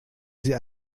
sie